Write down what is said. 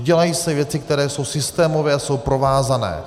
Dělají se věci, které jsou systémové a jsou provázané.